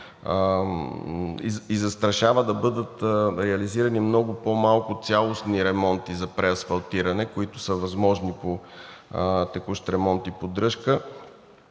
и застрашава да бъдат реализирани много по-малко цялостни ремонти за преасфалтиране, които са възможни по текущ ремонт и поддръжка.